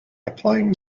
applying